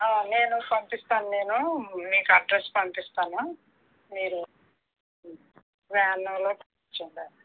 నేను పంపిస్తాను నేను మీకు అడ్రస్ పంపిస్తాను మీరు వ్యానులలో పంపిచండి